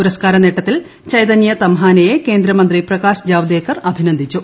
പുരസ് കാരനേട്ടത്തിൽ ചൈതന്യ തംഹാനെയെ കേന്ദ്രമന്ത്രി പ്രകാശ് ജാവദേക്കർ അഭിനന്ദിച്ചു